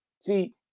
See